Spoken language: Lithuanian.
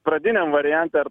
pradiniam variante ar